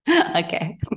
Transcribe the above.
Okay